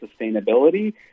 sustainability